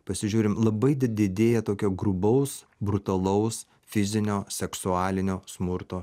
pasižiūrim labai di didėja tokio grubaus brutalaus fizinio seksualinio smurto